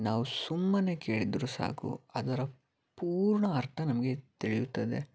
ನಾವು ಸುಮ್ಮನೆ ಕೇಳಿದರು ಸಾಕು ಅದರ ಪೂರ್ಣ ಅರ್ಥ ನಮಗೆ ತಿಳಿಯುತ್ತದೆ